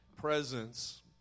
presence